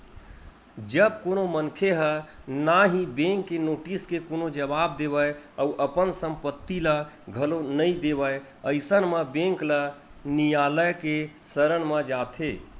जब कोनो मनखे ह ना ही बेंक के नोटिस के कोनो जवाब देवय अउ अपन संपत्ति ल घलो नइ देवय अइसन म बेंक ल नियालय के सरन म जाथे